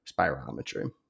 spirometry